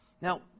Now